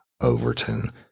Overton